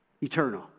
Eternal